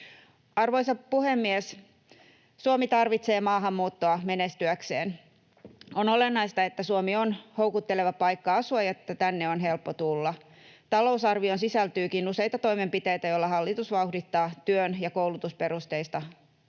Arvoisa puhemies! Suomi tarvitsee maahanmuuttoa menestyäkseen. On olennaista, että Suomi on houkutteleva paikka asua ja että tänne on helppo tulla. Talousarvioon sisältyykin useita toimenpiteitä, joilla hallitus vauhdittaa työ- ja koulutusperusteista